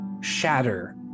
shatter